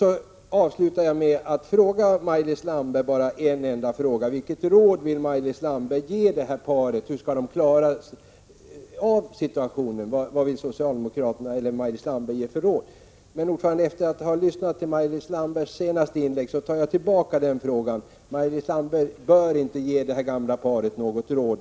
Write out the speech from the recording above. Jag avslutade med att fråga Maj-Lis Landberg vilket råd hon och socialdemokraterna ville ge detta par för att de skulle klara situationen. Efter att ha lyssnat på Maj-Lis Landbergs senaste inlägg tar jag tillbaka frågan-jag Prot. 1986/87:123 är övertygad om att Maj-Lis Landberg inte bör ge detta gamla par något råd.